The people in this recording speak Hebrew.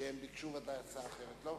שיבקשו, בוודאי, הצעה אחרת.